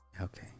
okay